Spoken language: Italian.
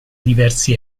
diversi